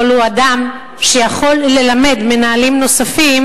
אלא הוא אדם שיכול ללמד מנהלים נוספים